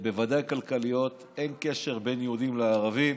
בוודאי כלכליות אין קשר ליהודים וערבים.